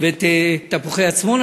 ואת "תפוחי-אדמה עצמונה",